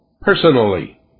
personally